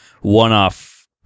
one-off